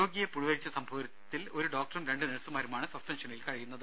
രോഗിയെ പുഴുവരിച്ച സംഭവത്തിൽ ഒരു ഡോക്ടറും രണ്ട് നഴ്സുമാരുമാണ് സസ്പെൻഷനിൽ കഴിയുന്നത്